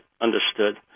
understood